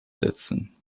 setzen